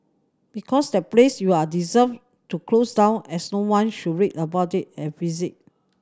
because that place you're deserve to close down as no one should read about it and visit